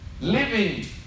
living